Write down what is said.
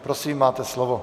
Prosím, máte slovo.